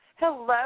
Hello